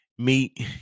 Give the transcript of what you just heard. Meet